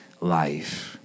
life